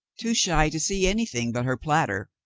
too shy to see anything but her platter,